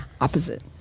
opposite